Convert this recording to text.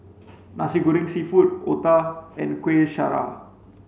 Nasi Goreng seafood Otah and Kuih Syara